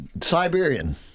Siberian